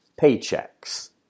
paychecks